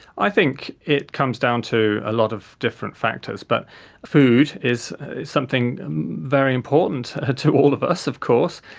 i think it comes down to a lot of different factors, but food is something very important ah to all of us of course,